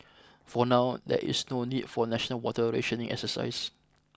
for now there is no need for national water rationing exercises